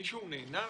מישהו נענש?